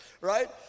right